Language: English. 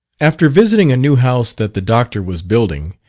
after visiting a new house that the doctor was building,